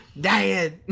Dad